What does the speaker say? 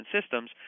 systems